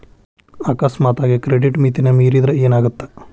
ಅಕಸ್ಮಾತಾಗಿ ಕ್ರೆಡಿಟ್ ಮಿತಿನ ಮೇರಿದ್ರ ಏನಾಗತ್ತ